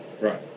Right